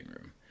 room